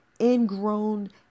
ingrown